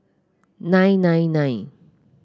nine nine nine